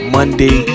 Monday